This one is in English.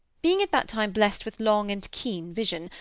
being at that time blessed with long and keen vision,